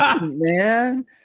man